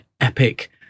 epic